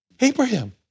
Abraham